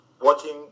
watching